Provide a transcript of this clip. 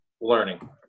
learning